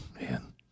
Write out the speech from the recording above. Man